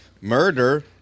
murder